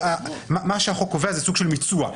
מה שהחוק קובע זה סוג של מיצוע.